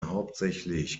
hauptsächlich